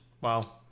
wow